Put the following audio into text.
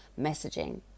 messaging